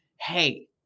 hey